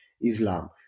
Islam